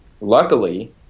luckily